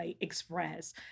express